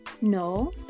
No